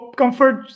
comfort